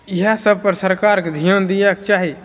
इएह सब पर सरकारके धिआन दिएके चाही